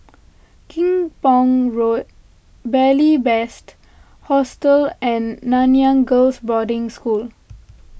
Kim Pong Road Beary Best Hostel and Nanyang Girls' Boarding School